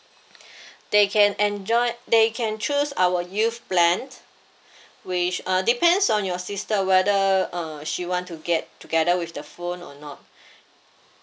they can enjoy they can choose our youth plan which uh depends on your sister whether uh she want to get together with the phone or not